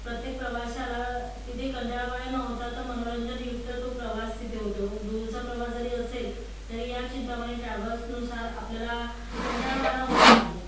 प्रत्येक प्रवाशाला तिथे कंटाळवाणा न होता तर मनोरंजनयुक्त तो प्रवास तिथे होतो दूरचा प्रवास जरी असेल तरी या चिंतामणी ट्रॅवल्सनुसार आपल्याला कंटाळवाणा होत नाही